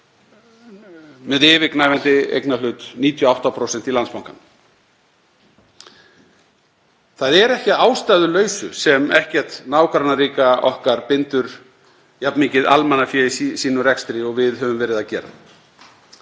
með yfirgnæfandi eignarhlut, 98%, í Landsbankanum. Það er ekki að ástæðulausu sem ekkert nágrannaríkja okkar bindur jafn mikið almannafé í sínum rekstri og við höfum verið að gera.